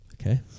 Okay